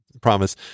promise